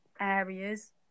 areas